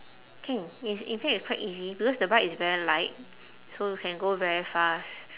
can it's in fact it's quite easy because the bike is very light so can go very fast